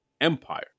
empire